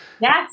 Yes